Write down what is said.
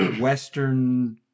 western